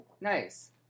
Nice